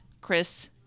Chris